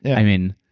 i mean,